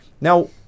Now